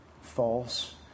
false